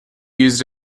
used